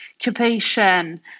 occupation